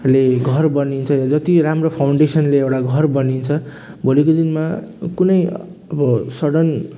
ले घर बनिन्छ र जति राम्रो फाउन्डेसनले एउटा घर बनिन्छ भोलिको दिनमा कुनै अब सडन